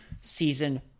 season